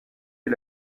est